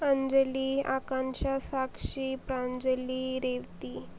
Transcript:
Anjali Akansha Sakshi Pranjali Revati